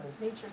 Nature